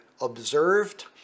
observed